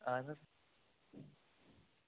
اَہن حظ